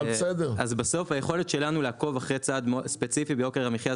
אז בסוף היכולת שלנו לעקוב אחרי צעד ספציפי ביוקר המחיה,